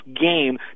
game